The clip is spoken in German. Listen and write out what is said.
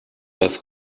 das